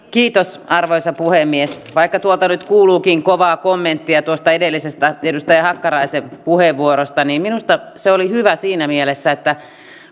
kiitos arvoisa puhemies vaikka tuolta nyt kuuluukin kovaa kommenttia tuosta edellisestä edustaja hakkaraisen puheenvuorosta niin minusta se oli hyvä siinä mielessä että